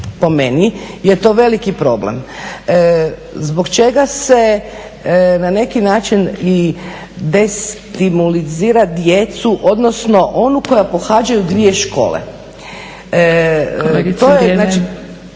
po meni je to veliki problem. zbog čega se na neki način i destimulizira djecu odnosno onu koja pohađaju dvije škole.